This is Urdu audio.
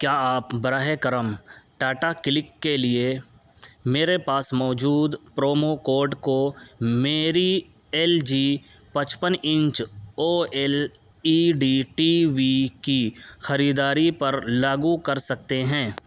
کیا آپ براہ کرم ٹاٹا کلک کے لیے میرے پاس موجود پرومو کوڈ کو میری ایل جی پچپن inch O L E D T V کی خریداری پر لاگو کر سکتے ہیں